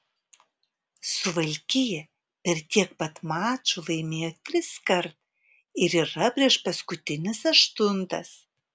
suvalkija per tiek pat mačų laimėjo triskart ir yra priešpaskutinis aštuntas